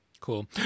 Cool